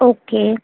okay